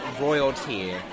royalty